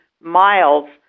miles